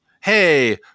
hey